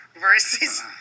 versus